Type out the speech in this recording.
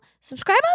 Subscribe